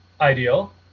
ideal